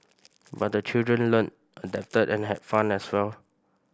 but the children learnt adapted and had fun as well